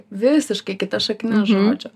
visiškai kita šaknis žodžio